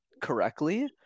correctly